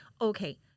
Okay